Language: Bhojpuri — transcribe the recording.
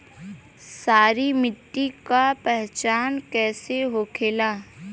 सारी मिट्टी का पहचान कैसे होखेला?